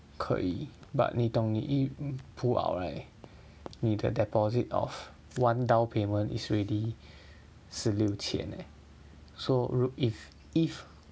可以 but 你懂你 pull out right 你的 deposit of one down payment is already 十六千 eh so 如 if if